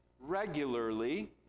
regularly